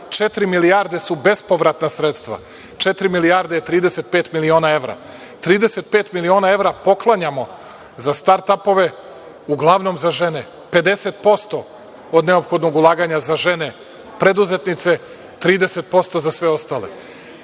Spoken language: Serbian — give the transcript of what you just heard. milijarde su bespovratna sredstva. Četiri milijarde je 35 miliona evra. Trideset i pet miliona evra poklanjamo za start-apove uglavnom za žene, 50% od neophodnog ulaganja za žene preduzetnice, 30% za sve ostale. Zaista